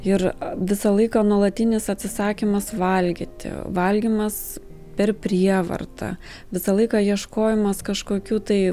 ir visą laiką nuolatinis atsisakymas valgyti valgymas per prievartą visą laiką ieškojimas kažkokių tai